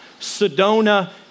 Sedona